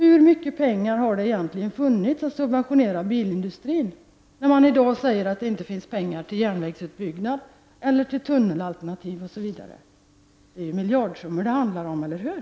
Hur mycket pengar har man egentligen subventionerat bilindustrin med, när man i dag säger att det inte finns pengar till järnvägsutbyggnad eller till ett tunnelalternativ? Det handlar om miljarder, eller hur?